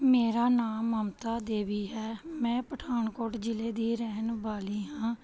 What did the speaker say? ਮੇਰਾ ਨਾਮ ਮਮਤਾ ਦੇਵੀ ਹੈ ਮੈਂ ਪਠਾਨਕੋਟ ਜ਼ਿਲ੍ਹੇ ਦੀ ਰਹਿਣ ਵਾਲੀ ਹਾਂ